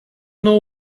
know